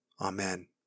Amen